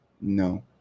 No